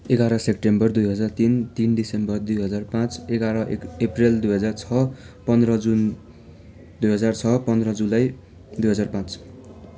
एघार सेप्टेम्बर दुई हजार तिन तिन डिसेम्बर दुई हजार पाँच एघार एक अप्रिल दुई हजार छ पन्ध्र जुन दुई हजार छ पन्ध्र जुलाई दुई हजार पाँच